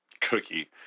cookie